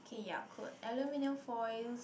okay yeah could aluminium foils